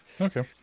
Okay